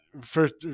first